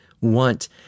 want